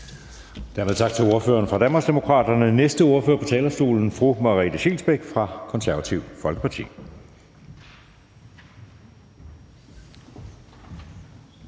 Dermed tak til ordføreren for Danmarksdemokraterne. Næste ordfører på talerstolen er fru Merete Scheelsbeck fra Det Konservative Folkeparti.